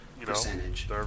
percentage